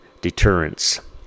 deterrence